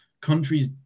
countries